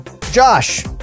Josh